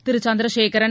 Thiru Chandrasekaran